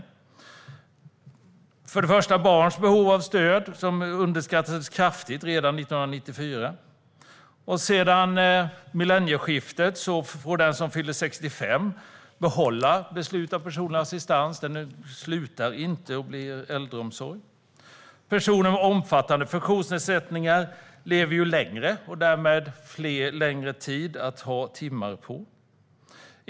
Först och främst underskattades barns behov av stöd kraftigt redan 1994. Sedan millennieskiftet får den som fyller 65 behålla personlig assistans - den upphör inte eller övergår i äldreomsorg. Personer med omfattande funktionsnedsättningar lever längre, och därmed behöver de assistanstimmar under längre tid.